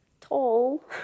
tall